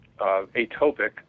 atopic